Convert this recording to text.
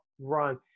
run